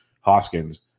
Hoskins